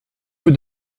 vous